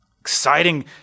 Exciting